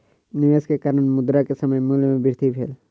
निवेश के कारण, मुद्रा के समय मूल्य में वृद्धि भेल